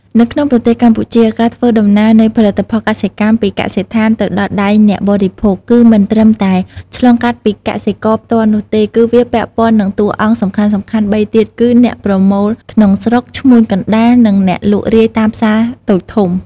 នៅក្នុងប្រទេសកម្ពុជា ការធ្វើដំណើរនៃផលិតផលកសិកម្មពីកសិដ្ឋានទៅដល់ដៃអ្នកបរិភោគ គឺមិនត្រឹមតែឆ្លងកាត់ពីកសិករផ្ទាល់នោះទេ តែវាពាក់ព័ន្ធនឹងតួអង្គសំខាន់ៗបីទៀតគឺ អ្នកប្រមូលក្នុងស្រុក ឈ្មួញកណ្តាល និង អ្នកលក់រាយតាមផ្សារតូចធំ។